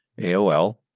AOL